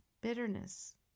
bitterness